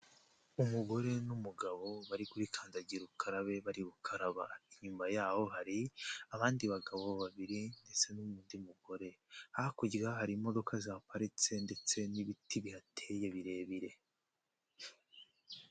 Umugore n'umugabo bari kuri kandagira ukarabe bari gukaraba, inyuma yaho hari abandi bagabo babiri ndetse n'undi mugore, hakurya hari imodoka zihaparitse ndetse n'ibiti bihateye birebire.